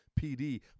PD